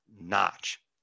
notch